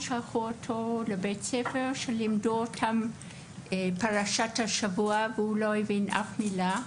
שלחו אותו לבית ספר שם לימדו פרשת השבוע והוא לא הבין אף מילה.